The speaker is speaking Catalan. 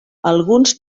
alguns